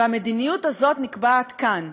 והמדיניות הזאת נקבעת כאן.